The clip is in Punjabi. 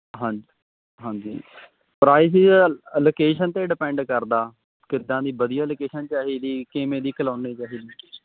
ਹਾਂਜੀ ਹਾਂਜੀ ਪ੍ਰਾਈਜ਼ ਜੀ ਅ ਲੋਕੇਸ਼ਨ 'ਤੇ ਡਿਪੈਂਡ ਕਰਦਾ ਕਿੱਦਾਂ ਦੀ ਵਧੀਆ ਲੋਕੇਸ਼ਨ ਚਾਹੀਦੀ ਕਿਵੇਂ ਦੀ ਕਲੋਨੀ ਚਾਹੀਦੀ